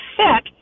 sick